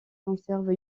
conserve